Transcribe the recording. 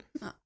No